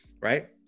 right